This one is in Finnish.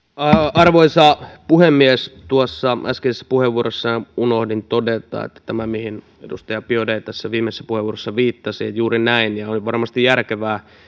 arvoisa puhemies äskeisessä puheenvuorossani unohdin todeta että tämä mihin edustaja biaudet viimeisessä puheenvuorossaan viittasi on juuri näin ja on varmasti järkevää tehdä